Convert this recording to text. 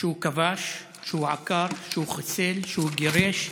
שהוא כבש, שהוא עקר, שהוא חיסל, שהוא גירש,